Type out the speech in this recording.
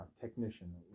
technician